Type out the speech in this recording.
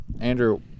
Andrew